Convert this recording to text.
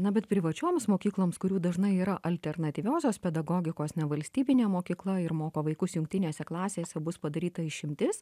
na bet privačioms mokykloms kurių dažnai yra alternatyviosios pedagogikos nevalstybinė mokykla ir moko vaikus jungtinėse klasėse bus padaryta išimtis